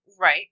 Right